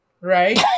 Right